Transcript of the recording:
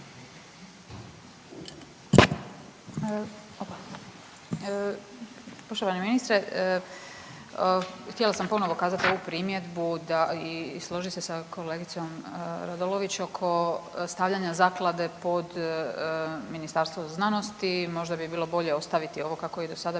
Poštovani ministre, htjela sam ponovno kazati ovu primjedbu i složiti se sa kolegicom Radolović oko stavljanja zaklade pod Ministarstvo znanosti. Možda bi bilo bolje ostaviti ovo kako je i do sada